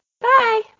Bye